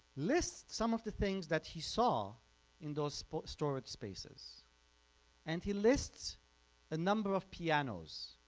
lists some of the things that he saw in those storage spaces and he lists a number of pianos.